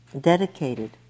dedicated